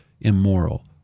immoral